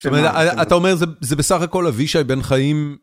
זאת אומרת, אתה אומר, זה בסך הכל אבישי בן חיים...